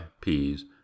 peas